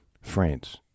France